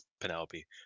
Penelope